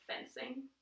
fencing